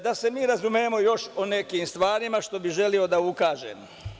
Da se mi razumemo još o nekim stvarima, što bih želeo da ukažem.